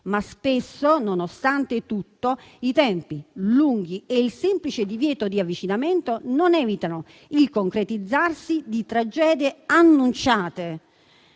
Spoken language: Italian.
Ma spesso, nonostante tutto, i tempi lunghi e il semplice divieto di avvicinamento non evitano il concretizzarsi di tragedie annunciate.